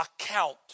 account